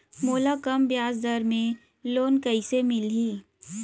मोला कम ब्याजदर में लोन कइसे मिलही?